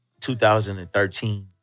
2013